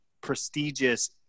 prestigious